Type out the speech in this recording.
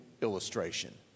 illustration